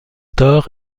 thor